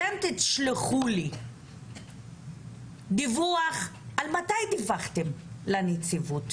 אתם תשלחו לי דיווח על מתי דיווחתם לנציבות,